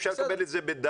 אפשר לקבל את זה בדף,